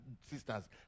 sisters